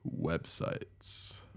websites